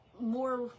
More